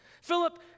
Philip